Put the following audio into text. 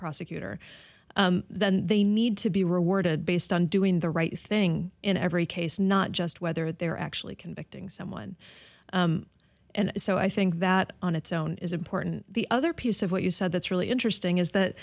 prosecutor then they need to be rewarded based on doing the right thing in every case not just whether they're actually convicting someone and so i think that on its own is important the other piece of what you said that's really interesting is that